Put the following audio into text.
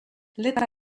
letra